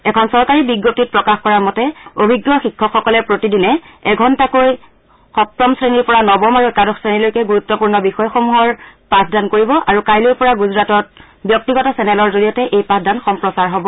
এখন চৰকাৰী বিজ্ঞপ্তিত প্ৰকাশ কৰা মতে অভিজ্ঞ শিক্ষকসকলে প্ৰতিদিনে এঘণ্টাকৈ সপ্তম শ্ৰেণীৰ পৰা নৱম আৰু একাদশ শ্ৰেণীলৈকে গুৰুত্বপূৰ্ণ বিষয়সমূহৰ পাঠদান কৰিব আৰু কাইলৈৰ পৰা গুজৰাটত ব্যক্তিগত চেনেলৰ জৰিয়তে এই পাঠদান সম্প্ৰচাৰ হব